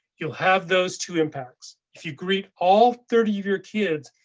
you'll have those two impacts if you greet all thirty of your kids,